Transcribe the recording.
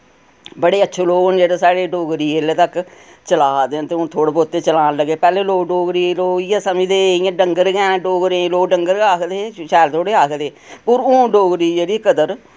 बड़े अच्छे लोक न जेह्ड़े साढ़े डोगरी इल्ले तक चला दे न ते हुन थोह्ड़े बहुत चलान लगे पैह्ले लोक डोगरी लोक इ'यै समझदे इ'यां डंगर गै न डोगरें लोक डंगर गै आखदे हे शैल थोह्ड़े आखदे पर हुन डोगरी जेह्ड़ी कदर